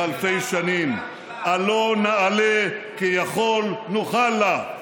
כבר אלפי שנים: עלה נעלה כי יכול נוכל לה.